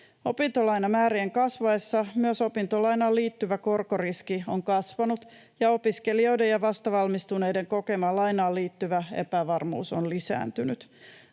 Opintolainamäärien kasvaessa myös opintolainaan liittyvä korkoriski on kasvanut ja opiskelijoiden ja vastavalmistuneiden kokema lainaan liittyvä epävarmuus on lisääntynyt.